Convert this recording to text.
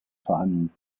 vorhanden